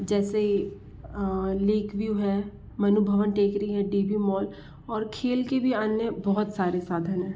जैसे लेख व्यू है मनु भवन टेकरी है टी वी मॉल और खेल के भी अन्य बहुत सारे साधन है